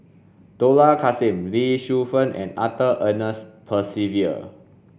Dollah Kassim Lee Shu Fen and Arthur Ernest Percival